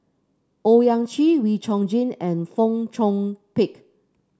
Owyang Chi Wee Chong Jin and Fong Chong Pik